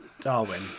Darwin